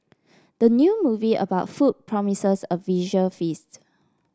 the new movie about food promises a visual feast